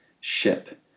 ship